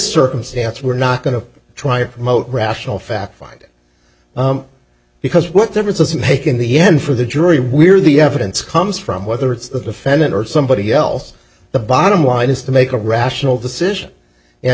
circumstance we're not going to try to promote rational fact finding because what difference does it make in the end for the jury we're the evidence comes from whether it's the defendant or somebody else the bottom line is to make a rational